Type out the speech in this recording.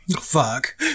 Fuck